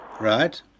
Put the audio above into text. Right